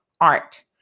art